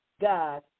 God